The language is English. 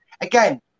again